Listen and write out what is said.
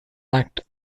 act